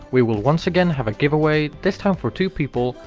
we will once again have a giveaway, this time for two people,